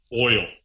oil